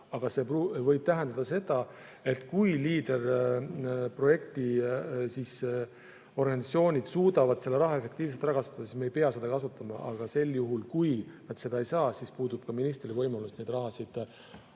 See võib tähendada seda, et kui Leaderi projekti organisatsioonid suudavad selle raha efektiivselt ära kasutada, siis me ei pea seda kasutama. Aga juhul, kui nad seda ei saa, siis puudub ministril võimalus neid summasid